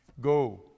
go